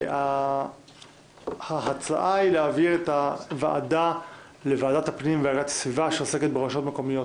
אנחנו צריכים לקבוע ועדה לדיון בהצעת חוק הרשויות המקומיות